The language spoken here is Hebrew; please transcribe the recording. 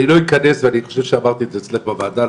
אני לא אכנס ואני חושב שאמרתי את זה אצלך בוועדה,